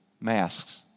masks